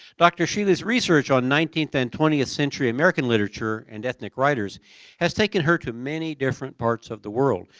dr. sheley's research on nineteenth and twentieth century american literature and ethnic writers has taken her too many different parts of the world.